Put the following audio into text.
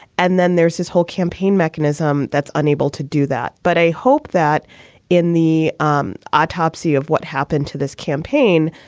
and then there's this whole campaign mechanism that's unable to do that. but i hope that in the um autopsy of what happened to this campaign,